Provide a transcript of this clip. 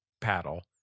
paddle